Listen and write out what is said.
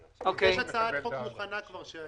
אוכלוסייה שהיא בבת עינינו, החיילים